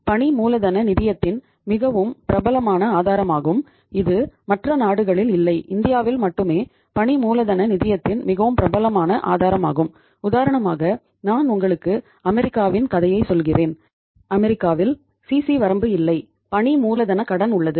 பணி மூலதனக் கடன் உள்ளது